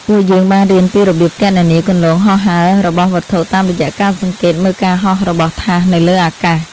ពួកយើងបានរៀនពីរបៀបគណនាគន្លងហោះហើររបស់វត្ថុតាមរយៈការសង្កេតមើលការហោះរបស់ថាសនៅលើអាកាស។